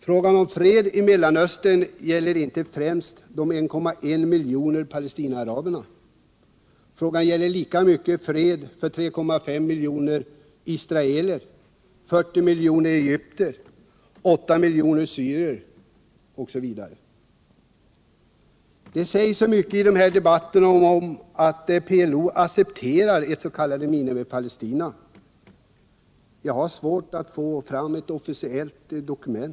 Frågan om fred i Mellanöstern gäller inte bara för de 1,1 miljoner palestinaaraberna utan i lika hög grad för 3,5 miljoner israeler, 40 miljoner egyptier, 8 miljoner syrier osv. Det sägs så mycket om att PLO accepterar ett s.k. Minipalestina. Men jag har svårt att få fram ett officiellt dokument.